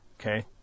Okay